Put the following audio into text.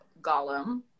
Gollum